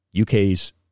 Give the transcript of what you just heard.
UK's